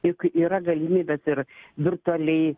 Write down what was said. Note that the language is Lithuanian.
juk yra galimybės ir virtualiai